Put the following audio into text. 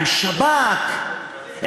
עם שב"כ,